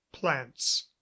plants